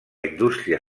indústria